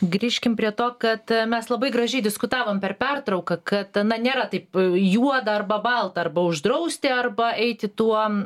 grįžkim prie to kad mes labai gražiai diskutavom per pertrauką kad na nėra taip juoda arba balta arba uždrausti arba eiti tuo